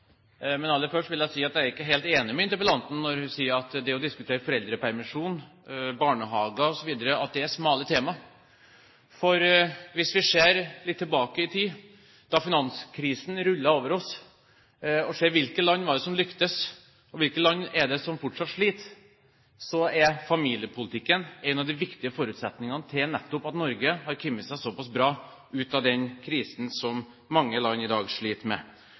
Men aller først vil jeg si at jeg ikke er helt enig med interpellanten når hun sier at det å diskutere foreldrepermisjon, barnehager osv. er smale temaer. For hvis vi går litt tilbake i tid, da finanskrisen rullet over oss, og ser hvilke land det var som lyktes, og hvilke land det er som fortsatt sliter, ser vi at familiepolitikken er en av de viktige forutsetningene for at nettopp Norge har kommet seg såpass bra ut av krisen, som mange land i dag sliter med.